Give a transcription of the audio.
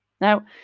Now